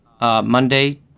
Monday